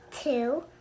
two